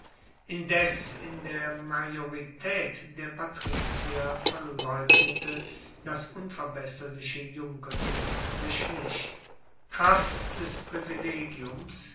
indes in der majoritaet der patrizier verleugnete das unverbesserliche junkertum sich nicht kraft des privilegiums